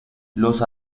los